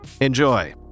Enjoy